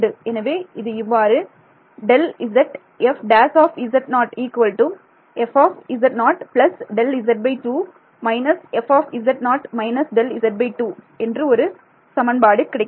எனவே இது இவ்வாறு Δz f′ fz0 Δz2 − fz0− Δz2 ஒரு சமன்பாடு கிடைக்கிறது